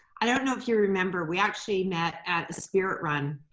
i don't know if you remember, we actually met at the spirit run.